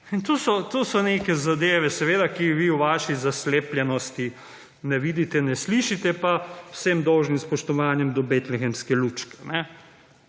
so, to so neke zadeve, seveda, ki vi v vaši zaslepljenosti ne vidite, ne slišite, pa z vsem dolžnim spoštovanjem do betlehemske lučke.